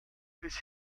bis